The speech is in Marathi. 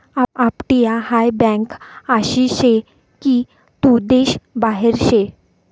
अपटीया हाय बँक आसी से की तू देश बाहेर से